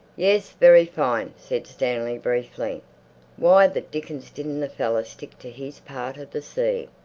yes, very fine! said stanley briefly. why the dickens didn't the fellow stick to his part of the sea?